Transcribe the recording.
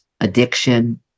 addiction